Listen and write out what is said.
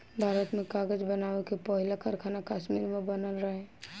भारत में कागज़ बनावे के पहिला कारखाना कश्मीर में बनल रहे